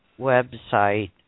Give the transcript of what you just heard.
website